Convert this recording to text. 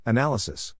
Analysis